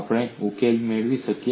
આપણે ઉકેલ મેળવી શક્યા